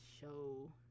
show